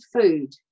food